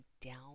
down